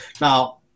Now